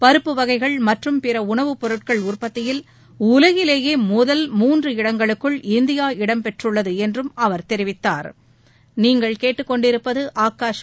பருப்பு வகைகள் மற்றும் பிற உணவுப் பொருட்கள் உற்பத்தியில் உலகிலேயே முதல் மூன்று இடங்களுக்குள் இந்தியா இடம் பெற்றுள்ளது என்றும் அவர் தெரிவித்தாா்